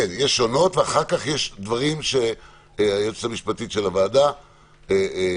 יש שונות ואחר כך יש דברים שהיועצת המשפטית של הוועדה תציג,